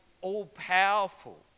all-powerful